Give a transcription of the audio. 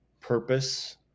purpose